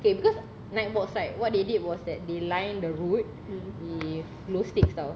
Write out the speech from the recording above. okay because night walks right what they did was that the line the route with glow sticks [tau]